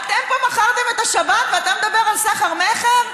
אתם פה מכרתם את השבת ואתה מדבר על סחר מכר?